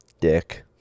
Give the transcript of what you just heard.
Dick